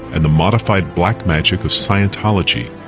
and the modified black magic of scientology.